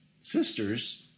sisters